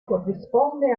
corrisponde